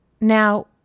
Now